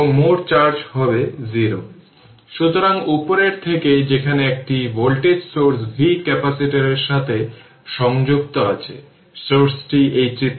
এর power 2 t3 যেটা t 0 এর জন্য এই ধরনের ইন্টিগ্রেশন আমরা আগে দেখেছি তাই সরাসরি লিখছি